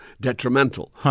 detrimental